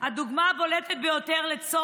חבר הכנסת בני בגין, בבקשה.